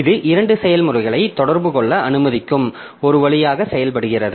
இது இரண்டு செயல்முறைகளை தொடர்பு கொள்ள அனுமதிக்கும் ஒரு வழியாக செயல்படுகிறது